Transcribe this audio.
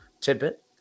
tidbit